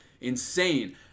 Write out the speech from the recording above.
insane